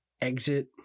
exit